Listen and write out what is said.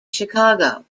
chicago